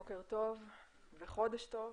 בוקר טוב וחודש טוב.